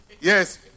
Yes